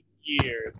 years